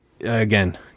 again